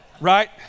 right